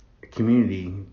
community